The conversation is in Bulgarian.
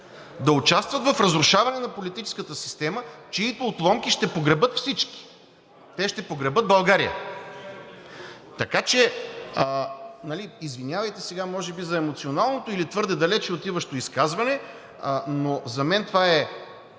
да участват в разрушаване на политическата система, чиито отломки ще погребат всички, те ще погребат България. Така че извинявайте за емоционалното или твърде далеч отиващо изказване, но за мен това е